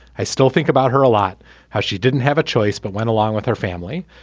i still think about her a lot how she didn't have a choice but went along with her family.